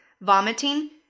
vomiting